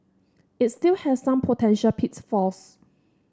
it still has some potential pitfalls